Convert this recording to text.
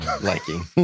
Liking